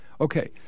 Okay